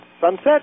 sunset